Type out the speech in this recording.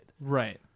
Right